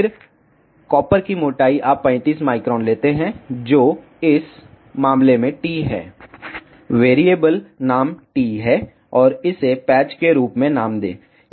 फिर से कॉपर की मोटाई आप 35 माइक्रोन लेते हैं जो इस मामले में t है वेरिएबल नाम t है और इसे पैच के रूप में नाम दें